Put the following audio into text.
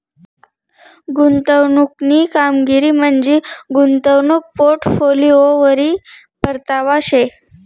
गुंतवणूकनी कामगिरी म्हंजी गुंतवणूक पोर्टफोलिओवरी परतावा शे